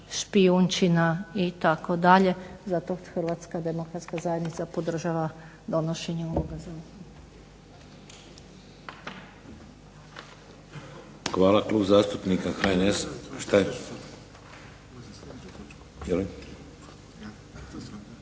špijunčina itd., zato Hrvatska demokratska zajednica podržava donošenje ovoga